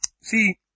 see